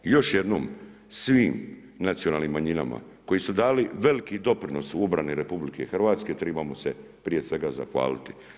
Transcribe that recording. Još jednom svim nacionalnim manjinama, koji su dali veliki doprinos u obrani RH trebamo se prije svega zahvaliti.